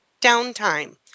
downtime